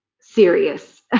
serious